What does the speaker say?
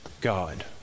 God